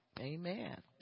Amen